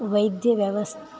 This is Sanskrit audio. वैद्यव्यवस्